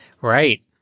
Right